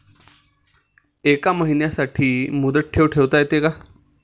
एका महिन्यासाठी मुदत ठेव ठेवता येते का?